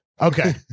Okay